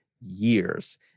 years